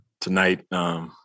tonight